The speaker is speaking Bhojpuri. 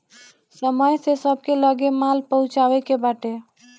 समय से सबके लगे माल पहुँचावे के बाटे